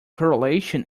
correlation